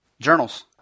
journals